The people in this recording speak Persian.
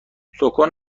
سـکان